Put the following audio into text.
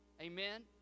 Amen